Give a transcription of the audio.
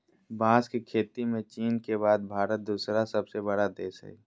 बांस के खेती में चीन के बाद भारत दूसरा सबसे बड़ा देश हइ